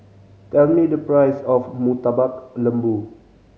tell me the price of Murtabak Lembu